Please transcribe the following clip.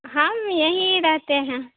ہم یہیں رہتے ہیں